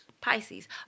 Pisces